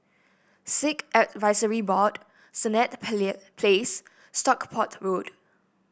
Sikh Advisory Board Senett Place Stockport Road